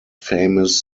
famous